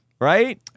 Right